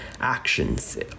actions